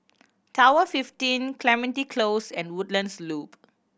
Tower Fifteen Clementi Close and Woodlands Loop